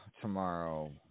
tomorrow